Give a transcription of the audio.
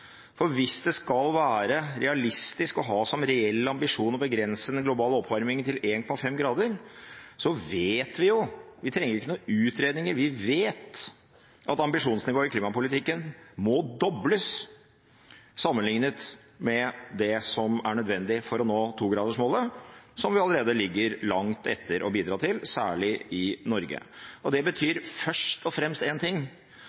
For hvis det skal være realistisk å ha som reell ambisjon å begrense den globale oppvarmingen til 1,5 grader, vet vi jo – vi trenger ikke noen utredninger, vi vet – at ambisjonsnivået i klimapolitikken må dobles sammenlignet med det som er nødvendig for å nå togradersmålet, som vi allerede ligger langt etter å bidra til, særlig i Norge. Det betyr først og fremst én ting